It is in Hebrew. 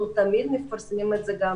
אנחנו תמיד מפרסמים את זה גם